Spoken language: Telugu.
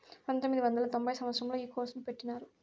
పంతొమ్మిది వందల తొంభై సంవచ్చరంలో ఈ కోర్సును పెట్టినారు